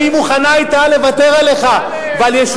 היא מוכנה היתה לוותר עליך,